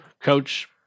coach